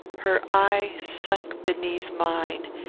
her eye sunk beneath mine,